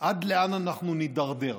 עד לאן אנחנו נידרדר?